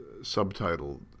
subtitled